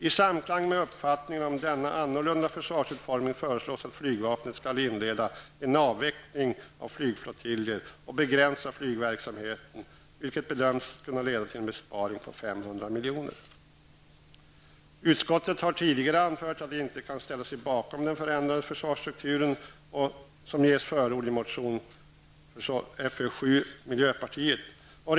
I samklang med uppfattningen om denna annorlunda försvarsutformning föreslås att flygvapnet skall inleda en avveckling av flygflottiljer och begränsa flygverksamheten, vilket bedöms kunna leda till en besparing på 500 milj.kr. Utskottet har tidigare anfört att det inte kan ställa sig bakom den förändrade försvarsstruktur som ges förord i miljöpartiets motion Fö7.